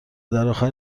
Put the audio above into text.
درآخر